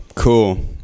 Cool